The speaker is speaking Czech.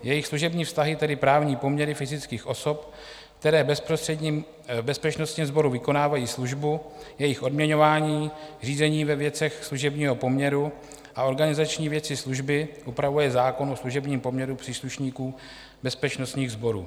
Jejich služební vztahy, tedy právní poměry fyzických osob, které v bezpečnostním sboru vykonávají službu, jejich odměňování, řízení ve věcech služebního poměru a organizační věci služby, upravuje zákon o služebním poměru příslušníků bezpečnostních sborů.